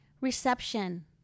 reception